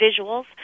visuals